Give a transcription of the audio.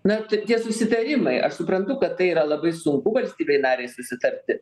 na t tie susitarimai aš suprantu kad tai yra labai sunku valstybei narei susitarti